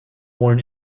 worn